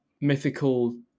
Mythical